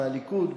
מהליכוד,